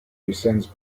descends